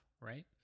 right